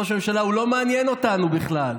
ראש הממשלה לא מעניין אותנו בכלל,